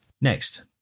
next